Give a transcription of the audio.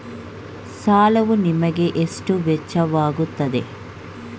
ಸಾಲವು ನಿಮಗೆ ಎಷ್ಟು ವೆಚ್ಚವಾಗುತ್ತದೆ?